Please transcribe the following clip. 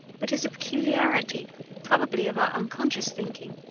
but is a peculiarity probably of our unconscious thinking,